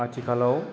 आथिखालाव